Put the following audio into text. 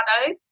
shadow